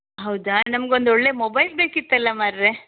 ಹೌದಾ ನಮಗೊಂದು ಒಳ್ಳೆಯ ಮೊಬೈಲ್ ಬೇಕಿತ್ತಲ್ಲ ಮರ್ರೆ